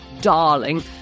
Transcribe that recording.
darling